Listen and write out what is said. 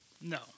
no